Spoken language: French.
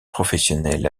professionnelle